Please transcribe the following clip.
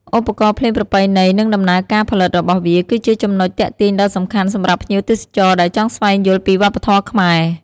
ឧបករណ៍ភ្លេងប្រពៃណី និងដំណើរការផលិតរបស់វា គឺជាចំណុចទាក់ទាញដ៏សំខាន់សម្រាប់ភ្ញៀវទេសចរដែលចង់ស្វែងយល់ពីវប្បធម៌ខ្មែរ